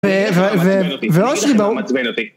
ו... ו... ועוד סיבה